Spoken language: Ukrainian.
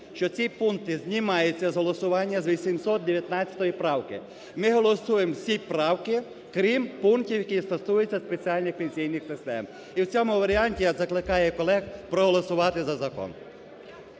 що ці пункти знімаються з голосування з 819 правки. Ми голосуємо всі правки, крім пунктів, які стосуються спеціальних пенсійних систем. І в цьому варіанті я закликаю колег проголосувати за закон.